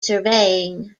surveying